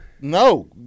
No